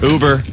Uber